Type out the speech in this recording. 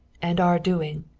and are doing.